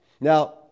Now